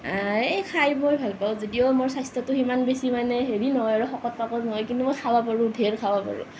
এই খায় বৰ ভাল পাওঁ যদিও মোৰ স্বাস্থ্যটো সিমান বেছি মানে হেৰি নহয় আৰু শকত পাকত নহয় কিন্তু মই খাব পাৰোঁ ধেৰ খাব পাৰোঁ